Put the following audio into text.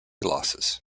losses